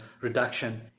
reduction